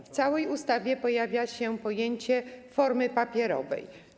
W całej ustawie pojawia się pojęcie formy papierowej.